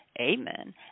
Amen